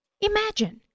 Imagine